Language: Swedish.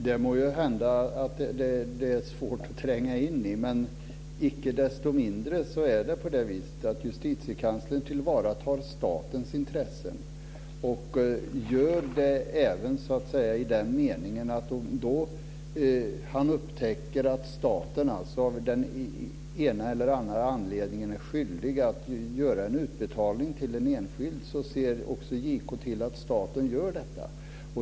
Fru talman! Det må hända att detta är svårt att tränga in i, men icke desto mindre är det på det sättet att Justitiekanslern tillvaratar statens intressen. Om JK upptäcker att staten av någon anledning är skyldig att göra en utbetalning till en enskild ser JK till att staten gör detta.